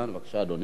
בבקשה, אדוני.